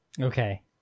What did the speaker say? Okay